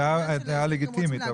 הדעה לגיטימית,